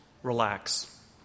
relax